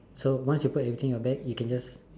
so once you put everything in your bag you can just